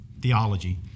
theology